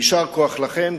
יישר כוח לכם.